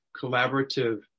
collaborative